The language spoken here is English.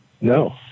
No